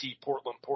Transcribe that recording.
Portland